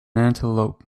antelope